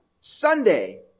Sunday